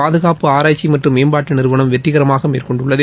பாதுகாப்பு ஆராய்ச்சி மற்றும் மேம்பாட்டு நிறுவனம் வெற்றிகரமான மேற்கொண்டுள்ளது